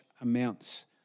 amounts